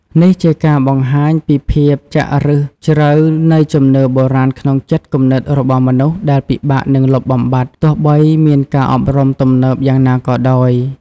នេះជាការបង្ហាញពីភាពចាក់ឫសជ្រៅនៃជំនឿបុរាណក្នុងចិត្តគំនិតរបស់មនុស្ស ដែលពិបាកនឹងលុបបំបាត់ ទោះបីមានការអប់រំទំនើបយ៉ាងណាក៏ដោយ។